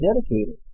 dedicated